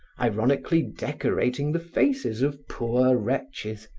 ironically decorating the faces of poor wretches,